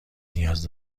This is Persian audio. نیاز